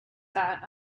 that